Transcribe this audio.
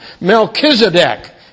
Melchizedek